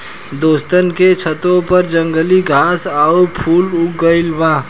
दोस्तन के छतों पर जंगली घास आउर फूल उग गइल बा